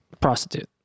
prostitute